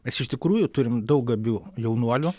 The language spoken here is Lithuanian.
mes iš tikrųjų turim daug gabių jaunuolių